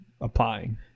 applying